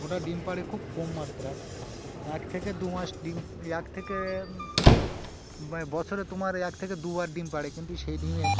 ওটা ডিম পাড়ে খুব কম মাত্রায় এক থেকে দুমাস ডিম এক থেকে বছরে তোমার এক থেকে দুবার ডিম পাড়ে কিন্তু সেই ডিমের